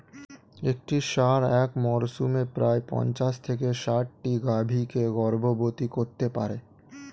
একটি ষাঁড় এক মরসুমে প্রায় পঞ্চাশ থেকে ষাটটি গাভী কে গর্ভবতী করতে পারে